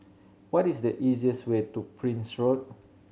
what is the easiest way to Prince Road